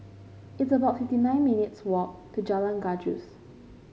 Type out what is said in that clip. it's about fifty nine minutes' walk to Jalan Gajus